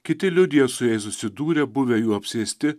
kiti liudija su jais susidūrę buvę jų apsėsti